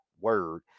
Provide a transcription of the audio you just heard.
word